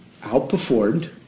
outperformed